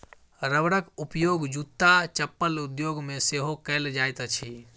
रबरक उपयोग जूत्ता चप्पल उद्योग मे सेहो कएल जाइत अछि